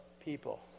people